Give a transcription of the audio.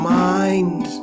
mind